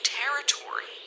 territory